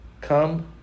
come